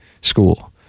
school